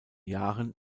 jahren